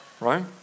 Right